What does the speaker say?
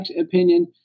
opinion